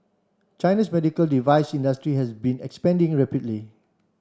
China's medical device industry has been expanding rapidly